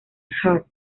hart